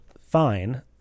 fine